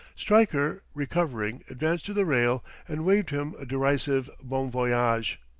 stryker, recovering, advanced to the rail and waved him a derisive bon voyage.